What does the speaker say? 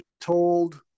told